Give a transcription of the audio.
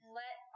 let